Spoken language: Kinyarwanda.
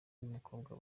n’umukobwa